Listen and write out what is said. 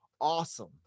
awesome